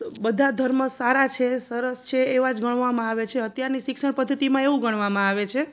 બધા ધર્મ સારા છે સરસ છે એવા જ ગણવામાં આવે છે અત્યારની શિક્ષણ પદ્ધતિમાં એવું ગણવામાં આવે છે